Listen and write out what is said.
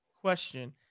question